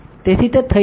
તેથી તે થઈ ગયું છે